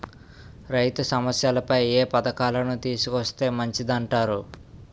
రైతు సమస్యలపై ఏ పథకాలను తీసుకొస్తే మంచిదంటారు?